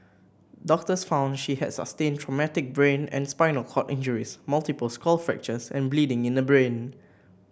doctors found she has sustained traumatic brain and spinal cord injuries multiple skull fractures and bleeding in the brain